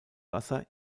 wasser